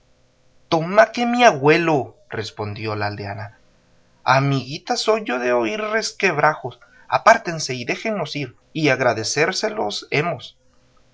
tomá que mi agüelo respondió la aldeana amiguita soy yo de oír resquebrajos apártense y déjenmos ir y agradecérselo hemos